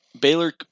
Baylor